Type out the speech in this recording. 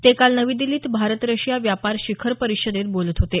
ते काल नवी दिल्लीत भारत रशिया व्यापार शिखर परिषदेत बोलत होते